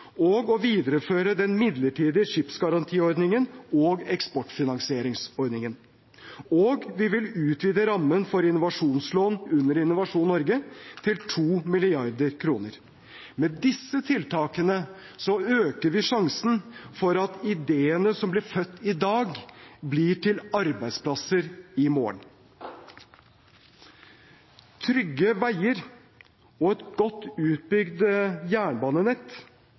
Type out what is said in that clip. og å videreføre den midlertidige skipsgarantiordningen og eksportfinansieringsordningen. Og vi vil utvide rammen for innovasjonslån under Innovasjon Norge til 2 mrd. kr. Med disse tiltakene øker vi sjansen for at ideene som blir født i dag, blir til arbeidsplasser i morgen. Trygge veier og et godt utbygd jernbanenett